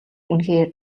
үнэхээр